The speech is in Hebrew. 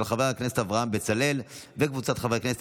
של חבר הכנסת אברהם בצלאל וקבוצת חברי הכנסת.